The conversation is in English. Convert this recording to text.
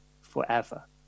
forever